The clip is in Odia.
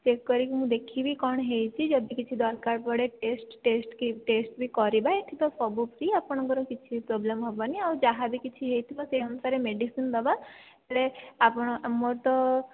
ଚେକ୍ କରିକି ମୁଁ ଦେଖିବି କ'ଣ ହୋଇଛି ଯଦି କିଛି ଦରକାର ପଡ଼େ ଟେଷ୍ଟ ଟେଷ୍ଟ କି ଟେଷ୍ଟ ବି କରିବା ଏହିଠିତ ସବୁ ଫ୍ରି ଆପଣଙ୍କର କିଛି ପ୍ରବ୍ଲେମ୍ ହେବନି ଆଉ ଯାହାବି କିଛି ହୋଇଥିବ ସେ ଅନୁସାରେ ମେଡ଼ିସିନ ଦେବା ହେଲେ ଆପଣ ମୋର ତ